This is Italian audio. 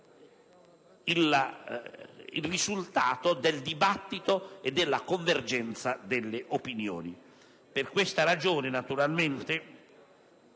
il risultato del dibattito e della convergenza delle opinioni. Per questa ragione termino